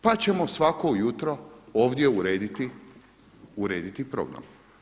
Pa ćemo svako jutro ovdje urediti program.